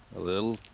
a little.